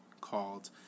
called